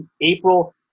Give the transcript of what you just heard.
April